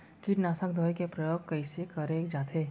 कीटनाशक दवई के प्रयोग कइसे करे जाथे?